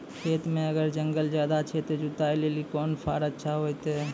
खेत मे अगर जंगल ज्यादा छै ते जुताई लेली कोंन फार अच्छा होइतै?